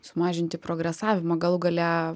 sumažinti progresavimą galų gale